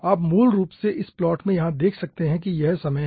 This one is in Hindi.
आप मूल रूप से इस प्लॉट में यहां देख सकते हैं कि यह समय हैं